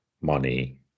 money